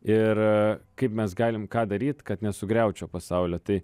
ir kaip mes galim ką daryt kad nesugriaut šio pasaulio tai